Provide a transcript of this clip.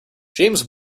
james